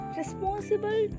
responsible